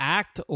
act